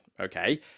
okay